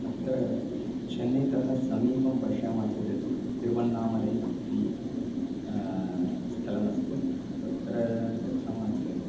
अत्र चन्नैतः समीपं पश्यामः चेत् तिरुवण्णामलै इति स्थलमस्ति तत्र गच्छामः चेत्